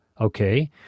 Okay